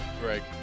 Greg